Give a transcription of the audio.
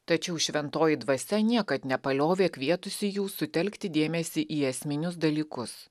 tačiau šventoji dvasia niekad nepaliovė kvietusi jų sutelkti dėmesį į esminius dalykus